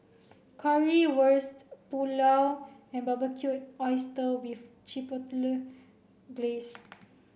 Currywurst Pulao and Barbecued Oyster with Chipotle Glaze